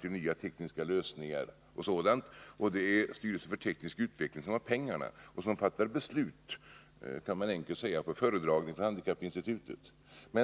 till nya tekniska lösningar som kommer fram, medan det är styrelsen för teknisk utveckling som har pengarna och som fattar besluten — på föredragning från handikappinstitutet, kan man enkelt säga.